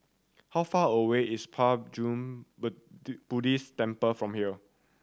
how far away is Puat June Buddhist Temple from here